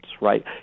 right